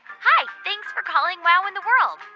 hi. thanks for calling wow in the world.